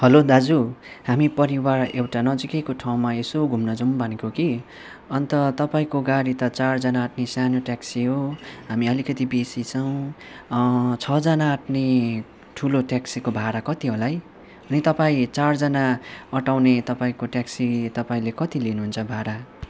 hello दाजु हामी परिवार एउटा नजिकैको ठाउँमा यसो घुम्न जाउँ भनेको कि अन्त तपाईँको गाडी त चारजना अँट्ने सानो ट्याक्सी हो हामी आलिकति बेसी छौँ छजना अँट्ने ठुलो ट्याक्सीको भाडा कति होला है अनि तपाईँ चारजना अँटाउने तपाईँको ट्याक्सी तपाईँले कति लिनु हुन्छ भाडा